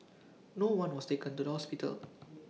no one was taken to the hospital